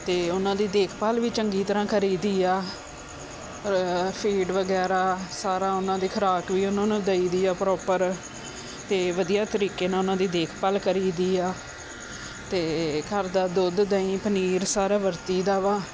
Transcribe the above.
ਅਤੇ ਉਹਨਾਂ ਦੀ ਦੇਖਭਾਲ ਵੀ ਚੰਗੀ ਤਰ੍ਹਾਂ ਕਰੀਦੀ ਆ ਫੀਡ ਵਗੈਰਾ ਸਾਰਾ ਉਹਨਾਂ ਦੀ ਖੁਰਾਕ ਵੀ ਉਹਨਾਂ ਨੂੰ ਦੇਈ ਦੀ ਆ ਪ੍ਰੋਪਰ ਅਤੇ ਵਧੀਆ ਤਰੀਕੇ ਨਾਲ ਉਹਨਾਂ ਦੀ ਦੇਖਭਾਲ ਕਰੀਦੀ ਆ ਅਤੇ ਘਰ ਦਾ ਦੁੱਧ ਦਹੀਂ ਪਨੀਰ ਸਾਰਾ ਵਰਤੀ ਦਾ ਵਾ